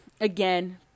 again